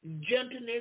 gentleness